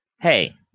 Hey